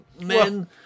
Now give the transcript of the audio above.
Men